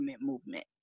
movement